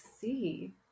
see